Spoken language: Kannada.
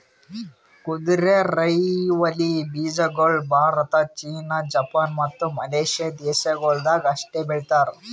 ಕುದುರೆರೈವಲಿ ಬೀಜಗೊಳ್ ಭಾರತ, ಚೀನಾ, ಜಪಾನ್, ಮತ್ತ ಮಲೇಷ್ಯಾ ದೇಶಗೊಳ್ದಾಗ್ ಅಷ್ಟೆ ಬೆಳಸ್ತಾರ್